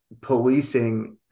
policing